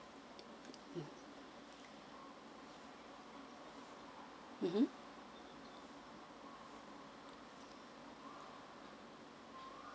mmhmm